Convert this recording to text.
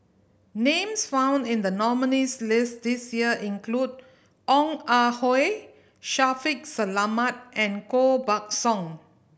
names found in the nominees' list this year include Ong Ah Hoi Shaffiq Selamat and Koh Buck Song